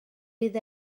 bydd